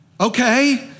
Okay